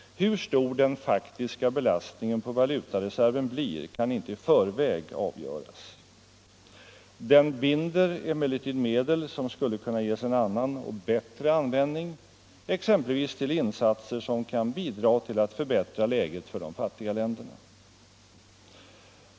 Hur stor den faktiska belastningen på valutareserven blir kan inte i förväg avgöras. Den binder emellertid medel som skulle kunna ges en annan och bättre användning, exempelvis till insatser som kan bidra till att förbättra läget för de fattiga länderna.